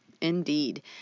Indeed